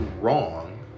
wrong